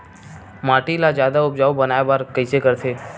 माटी ला जादा उपजाऊ बनाय बर कइसे करथे?